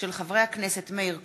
חברי הכנסת מאיר כהן,